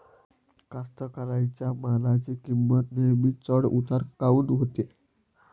कास्तकाराइच्या मालाची किंमत नेहमी चढ उतार काऊन होते?